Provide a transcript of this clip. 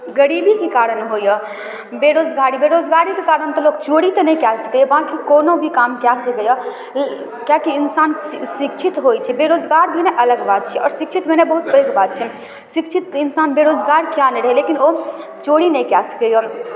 गरीबीके कारण होइए बेरोजगारी बेरोजगारीके कारण तऽ लोक चोरी तऽ नहि कऽ सकैए बाकी कोनो भी काम कऽ सकैए कियाकि इन्सान शिक्षित होइ छै बेरोजगार भेनाइ अलग बात छिए आओर शिक्षित भेनाइ बहुत पैघ बात छै शिक्षित इन्सान बेरोजगार किएक नहि रहै लेकिन ओ चोरी नहि कऽ सकैए